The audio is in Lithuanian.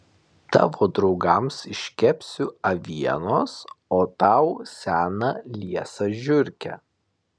tavo draugams iškepsiu avienos o tau seną liesą žiurkę